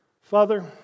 Father